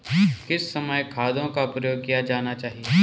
किस समय खादों का प्रयोग किया जाना चाहिए?